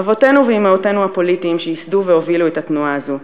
אבותינו ואמותינו הפוליטיים שייסדו והובילו את התנועה הזו,